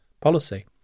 policy